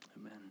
amen